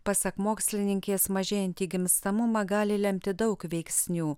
pasak mokslininkės mažėjantį gimstamumą gali lemti daug veiksnių